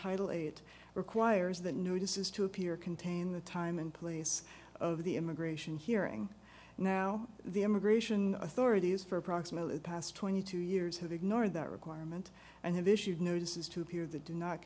title it requires the notices to appear contain the time and place of the immigration hearing now the immigration authorities for approximately the past twenty two years have ignored that requirement and have issued notices to appear the do not